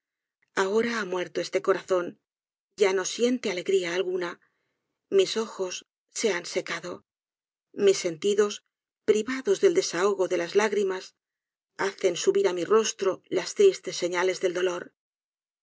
ahora ha muerto este corazón ya no siente alegría alguna mis ojos se han secado mis sentidos privados del desahogo de las lágrimas hacen subir á mi rostro las tristes señales del dolor